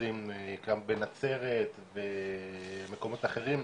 אשפוזים גם בנצרת ובמקומות אחרים,